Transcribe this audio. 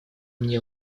мне